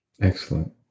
Excellent